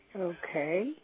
Okay